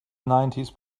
nineties